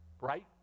right